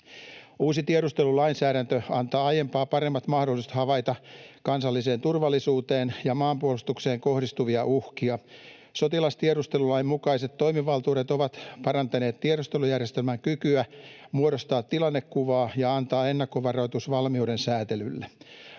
Uusi tiedustelulainsäädäntö antaa aiempaa paremmat mahdollisuudet havaita kansalliseen turvallisuuteen ja maanpuolustukseen kohdistuvia uhkia. Sotilastiedustelulain mukaiset toimivaltuudet ovat parantaneet tiedustelujärjestelmän kykyä muodostaa tilannekuvaa ja antaa ennakkovaroitus valmiuden säätelylle.